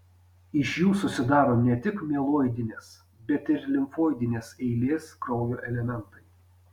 iš jų susidaro ne tik mieloidinės bet ir limfoidinės eilės kraujo elementai